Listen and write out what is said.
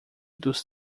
dos